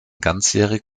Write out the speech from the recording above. ganzjährig